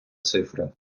цифри